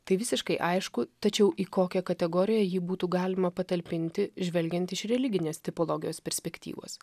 tai visiškai aišku tačiau į kokią kategoriją jį būtų galima patalpinti žvelgiant iš religinės tipologijos perspektyvos